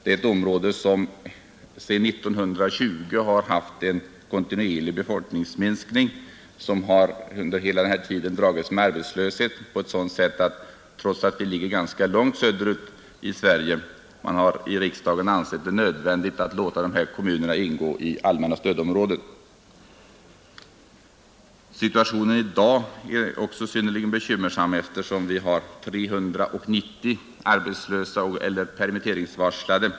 Det är ett område som sedan 1920 har haft en kontinuerlig befolkningsminskning och som under hela den här tiden dragits med arbetslöshet på ett sådant sätt att riksdagen, trots att området ligger ganska långt söderut i Sverige, ansett det nödvändigt att låta kommunerna ingå i allmänna stödområdet. Situationen i dag är också synnerligen bekymmersam, eftersom vi har 390 arbetslösa eller permitteringsvarslade.